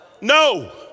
No